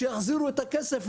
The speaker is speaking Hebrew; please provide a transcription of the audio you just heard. שיחזירו לנו את הכסף,